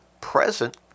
present